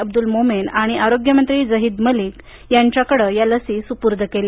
अब्दुल मोमेण आणि आरोग्य मंत्री झहीद मलिक यांच्याकडे या लसी सुपूर्द केल्या